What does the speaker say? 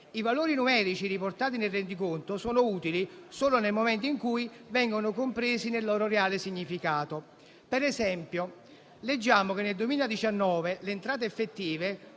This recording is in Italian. I valori numerici riportati nel rendiconto sono utili solo nel momento in cui vengono compresi nel loro reale significato. Per esempio, leggiamo che nel 2019 le entrate effettive